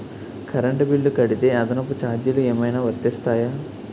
Current bill కడితే అదనపు ఛార్జీలు ఏమైనా వర్తిస్తాయా?